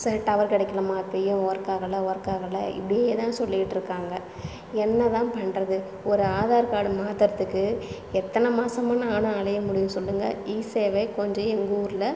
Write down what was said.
சரி டவர் கிடைக்கலமா இப்போயும் ஒர்க் ஆகலை ஒர்க் ஆகலை இதையே தான் சொல்லிகிட்டுருக்காங்க என்ன தான் பண்ணுறது ஒரு ஆதார் கார்டு மாற்றறத்துக்கு எத்தனை மாதமா நானும் அலைய முடியும் சொல்லுங்கள் இசேவை கொஞ்சம் எங்கள் ஊரில்